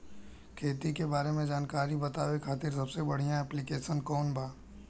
खेती के बारे में जानकारी बतावे खातिर सबसे बढ़िया ऐप्लिकेशन कौन बा?